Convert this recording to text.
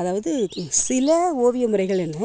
அதாவது சில ஓவிய முறைகள் என்ன